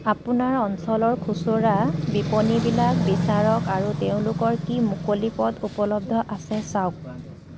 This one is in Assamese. আপোনাৰ অঞ্চলৰ খুচুৰা বিপণীবিলাক বিচাৰক আৰু তেওঁলোকৰ কি মুকলি পদ উপলব্ধ আছে চাওক